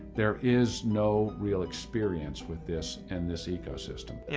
there is no real experience with this in this ecosystem. yeah